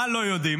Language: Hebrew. מה לא יודעים?